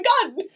gun